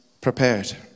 prepared